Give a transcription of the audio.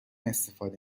استفاده